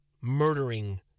murdering